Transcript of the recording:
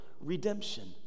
redemption